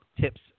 tips